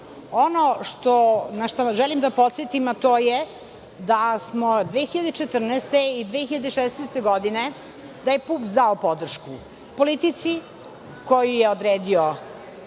na šta želim da vas podsetim, a to je da smo 2014. i 2016. godine, da je PUPS dao podršku politici koju je odredio